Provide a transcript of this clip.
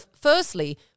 firstly